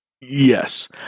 Yes